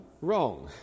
wrong